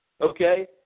okay